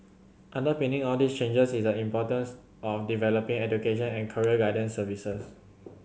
underpinning all these changes is the importance of developing education and career guidance services